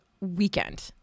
weekend